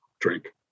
drink